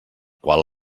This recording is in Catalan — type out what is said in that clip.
qual